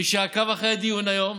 מי שעקב אחרי הדיון היום,